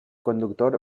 conductor